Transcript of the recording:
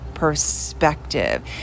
perspective